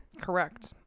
Correct